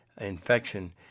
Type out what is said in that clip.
infection